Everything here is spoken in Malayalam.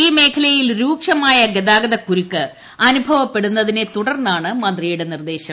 ഈ മേഖലയിൽ രൂക്ഷമായ ഗതാഗതക്കുരുക്ക് അനുഭവപ്പെടുന്നതിനെ തുടർന്നാണ് മന്ത്രിയുടെ നിർദേശം